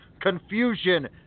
confusion